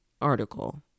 article